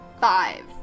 Five